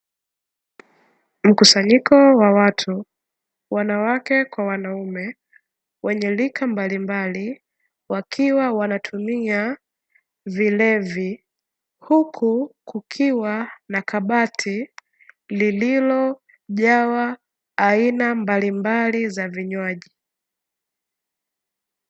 Mkusanyiko wa watu, wanawake kwa wanaume wenye rika mbalimbali, wakiwa wanatumia vilevi, huku kukiwa na kabati, lililojawa aina mbalimbali za vnywaji.